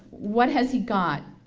what has he got?